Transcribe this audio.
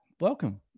Welcome